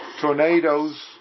tornadoes